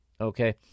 Okay